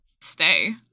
Stay